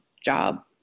job